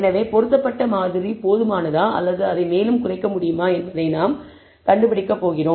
எனவே பொருத்தப்பட்ட மாதிரி போதுமானதா அல்லது அதை மேலும் குறைக்க முடியுமா என்பதை நாம் கண்டுபிடிக்கப் போகிறோம்